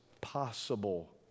possible